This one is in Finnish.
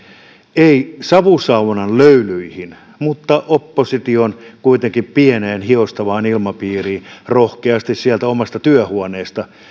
ei savusaunan löylyihin mutta opposition kuitenkin pieneen hiostavaan ilmapiiriin rohkeasti sieltä omasta työhuoneesta